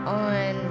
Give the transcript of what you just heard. on